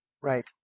Right